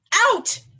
out